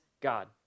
God